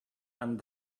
and